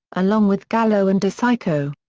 along with gallo and decicco.